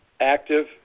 active